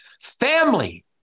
family